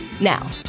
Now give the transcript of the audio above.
Now